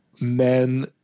men